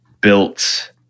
built